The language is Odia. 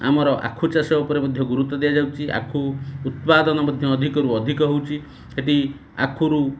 ଆମର ଆଖୁ ଚାଷ ଉପରେ ମଧ୍ୟ ଗୁରୁତ୍ୱ ଦିଆଯାଉଛି ଆଖୁ ଉତ୍ପାଦନ ମଧ୍ୟ ଅଧିକରୁ ଅଧିକ ହେଉଛି ସେଠି ଆଖୁରୁ